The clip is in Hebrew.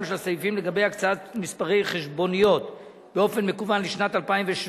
של הסעיפים לגבי הקצאת מספרי חשבוניות באופן מקוון לשנת 2017